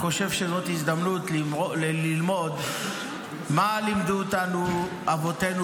אני חושב שזאת הזדמנות ללמוד מה לימדו אותנו אבותינו